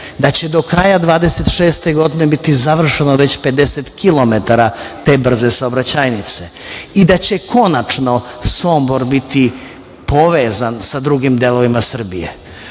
da će do kraja 2026. godine biti završeno već 50 km te brze saobraćajnice i da će konačno Sombor biti povezan sa drugim delovima Srbije. Čusmo